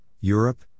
Europe